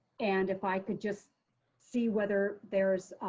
and if i could just see whether there's